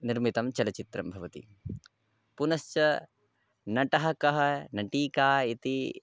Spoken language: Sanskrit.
निर्मितं चलच्चित्रं भवति पुनश्च नटः कः नटी का इति